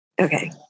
Okay